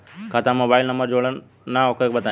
खाता में mobile number जोड़ना ओके बताई?